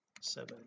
seven